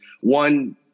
one